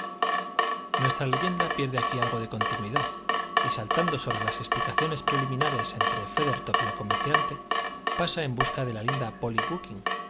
nuestra leyenda pierde aquí algo de continuidad y saltando sobre las explicaciones preliminares entre feathertop y el comerciante pasa en busca de la linda polly